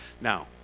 Now